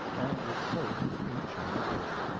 and with soap in a china dish,